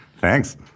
thanks